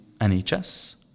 NHS